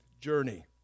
journey